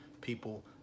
people